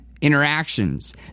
interactions